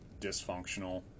dysfunctional